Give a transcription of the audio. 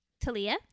talia